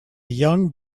young